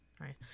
Right